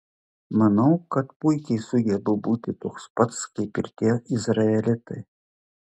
manau kad puikiai sugebu būti toks pats kaip ir tie izraelitai